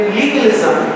legalism